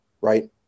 Right